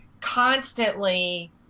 constantly